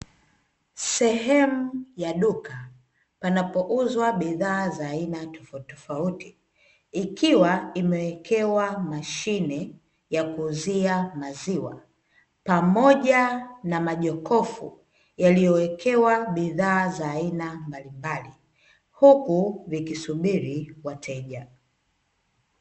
Sehemu ya duka panapouzwa bidhaa za aina tofauti tofauti, ikiwa imewekewa mashine ya kuuzia maziwa, pamoja na majokofu yaliyowekewa bidhaa za aina mbalimbali, huku likisubiri wateja.